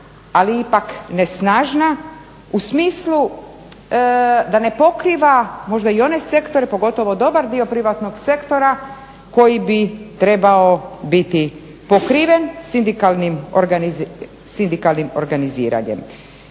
ali ipak ne snažna u smislu da ne pokriva možda i one sektore, pogotovo dobar dio privatnog sektora koji bi trebao biti pokriven sindikalnim organiziranjem.